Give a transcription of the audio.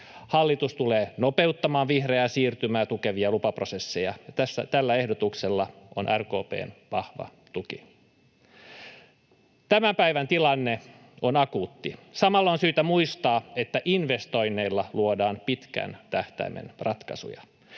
Hallitus tulee nopeuttamaan vihreää siirtymää tukevia lupaprosesseja. Tällä ehdotuksella on RKP:n vahva tuki. Tämän päivän tilanne on akuutti. Samalla on syytä muistaa, että investoinneilla luodaan pitkän tähtäimen ratkaisuja.